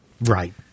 Right